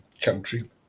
country